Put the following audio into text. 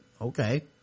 Okay